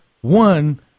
one –